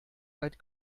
weit